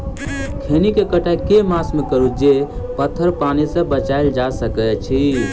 खैनी केँ कटाई केँ मास मे करू जे पथर पानि सँ बचाएल जा सकय अछि?